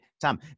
Tom